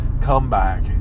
comeback